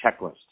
checklist